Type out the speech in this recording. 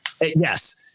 Yes